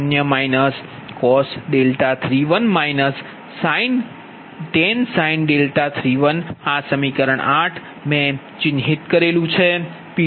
0 − cos 31 − 10 sin 31 આ સમીકરણ 8 મેં ચિહ્નિત કર્યું છે